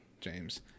james